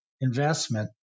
investment